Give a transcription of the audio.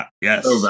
Yes